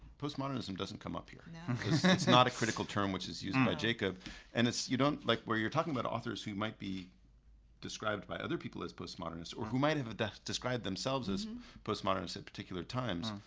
post-modernism doesn't come up here, because it's not a critical term which is used by jacob and it's. you don't like. where you're talking about authors who might be described by other people as post modernist or who might have ah described themselves as post modernist at particular times,